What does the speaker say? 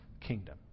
kingdom